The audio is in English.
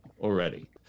already